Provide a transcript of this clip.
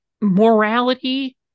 Morality